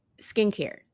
skincare